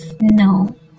No